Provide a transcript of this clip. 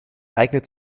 eignet